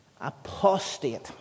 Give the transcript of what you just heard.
apostate